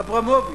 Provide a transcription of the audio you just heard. אברמוביץ,